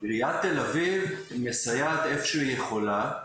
עירית תל אביב מסייעת איפה שהיא יכולה,